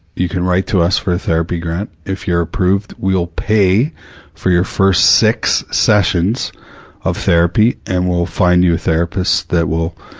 you can write to use for a therapy grant. if you're approved, we'll pay for your first six sessions of therapy and we'll find you a therapist that will,